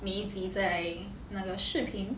密级在那个视频